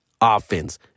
offense